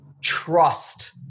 trust